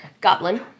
goblin